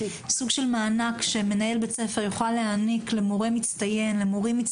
סוג של מענק שמנהל בית ספר יוכל להעניק למורים מצטיינים,